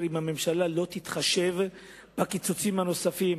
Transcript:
אם הממשלה לא תתחשב בקיצוצים הנוספים,